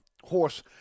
Horse